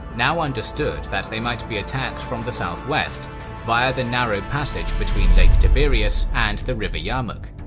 now understood that they might be attacked from the southwest via the narrow passage between lake tiberias and the river yarmouk.